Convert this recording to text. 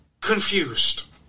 confused